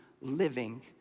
living